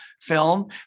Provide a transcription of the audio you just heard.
film